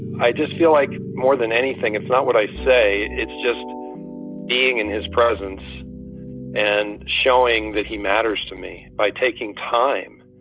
i just feel like more than anything, it's not what i say. it's just being in his presence and showing that he matters to me by taking time